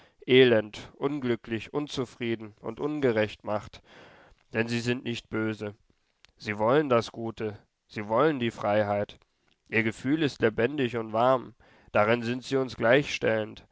elend unglücklich unzufrieden und ungerecht macht denn sie sind nicht böse sie wollen das gute sie wollen die freiheit ihr gefühl ist lebendig und warm darin sind sie uns gleichstellend